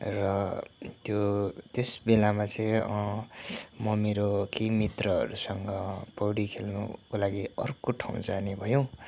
र त्यो त्यसबेलामा चाहिँ म मेरो केही मित्रहरूसँग पौडी खेल्नुको लागि अर्को ठाउँ जाने भयौँ